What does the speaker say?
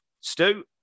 Stu